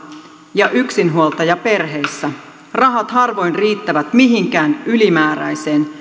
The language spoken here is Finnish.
ja yksinhuoltajaperheissä rahat harvoin riittävät mihinkään ylimääräiseen